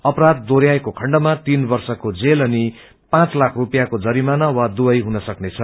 अपराध दोहोरयाएको खण्डमा तीन वर्षको जेल अनि पाँच लाख रूपियाँको जरिमाना वा दुवै हुन सक्नेछ